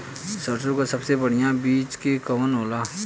सरसों क सबसे बढ़िया बिज के कवन होला?